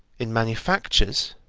in manufactures,